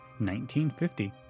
1950